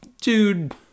dude